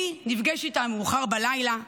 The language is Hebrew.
אני נפגשת איתם מאוחר בלילה,